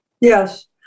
yes